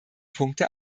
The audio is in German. punkte